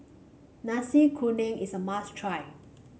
Nasi Kuning is a must try